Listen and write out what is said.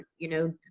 you know,